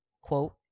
quote